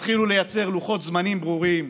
תתחילו לייצר לוחות זמנים ברורים,